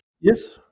Yes